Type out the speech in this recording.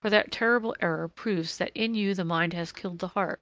for that terrible error proves that in you the mind has killed the heart